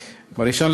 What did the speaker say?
2015,